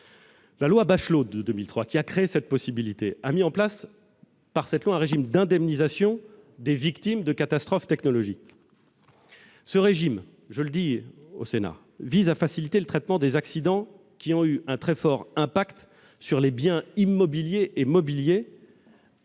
La loi Bachelot de 2003, qui a créé cette possibilité, a mis en place un régime d'indemnisation des victimes de catastrophes technologiques. Ce régime, je le dis au Sénat, vise à faciliter le traitement des accidents qui ont eu un très fort impact sur les biens immobiliers et mobiliers